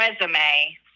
resume